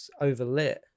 overlit